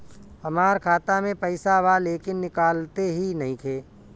हमार खाता मे पईसा बा लेकिन निकालते ही नईखे?